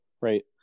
right